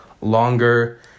longer